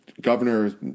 governor